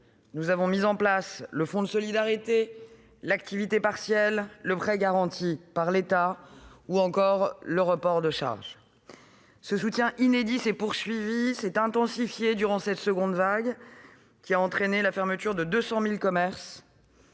nous avons mis en place le Fonds de solidarité, l'activité partielle, le prêt garanti par l'État ou encore le report de charges. Ce soutien inédit s'est poursuivi et intensifié durant la seconde vague, qui a entraîné la fermeture de 200 000 commerces